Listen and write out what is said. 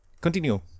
Continue